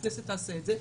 הכנסת תעשה את זה,